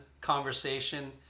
conversation